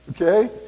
okay